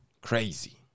Crazy